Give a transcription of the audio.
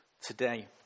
today